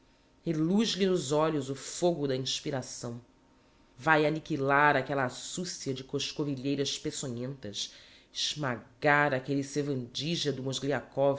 rodeiam reluz lhe nos olhos o fogo da inspiração vae aniquilar aquella sucia de coscovilheiras peçonhentas esmagar aquelle sevandija do mozgliakov